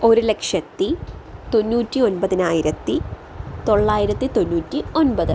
ഒരു ലക്ഷത്തി തൊണ്ണൂറ്റി ഒൻപതിനായിരത്തി തൊള്ളായിരത്തി തൊണ്ണൂറ്റി ഒൻപത്